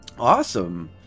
awesome